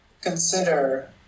consider